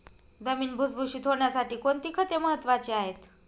जमीन भुसभुशीत होण्यासाठी कोणती खते महत्वाची आहेत?